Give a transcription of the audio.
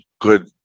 good